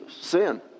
Sin